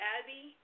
Abby